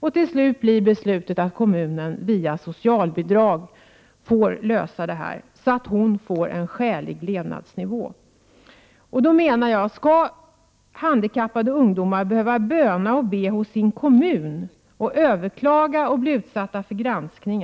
Därefter kommer beslutet: Kommunen får, via socialbidrag, lösa frågan på ett sådant sätt att flickan garanteras en skälig levnadsnivå. Skall handikappade ungdomar behöva böna och be hos sin kommun? Skall de behöva överklaga och bli utsatta för granskning?